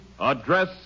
Address